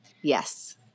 Yes